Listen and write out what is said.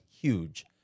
huge